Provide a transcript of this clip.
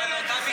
אבל אותה משוואה,